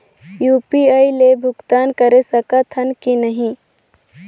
UPI ले भुगतान करे सकथन कि नहीं?